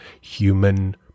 human